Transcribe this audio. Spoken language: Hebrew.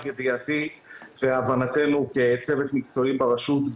ידיעתי והבנתנו כצוות מקצועי ברשות,